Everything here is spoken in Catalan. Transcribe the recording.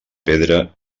pedra